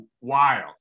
wild